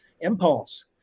impulse